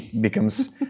becomes